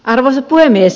arvoisa puhemies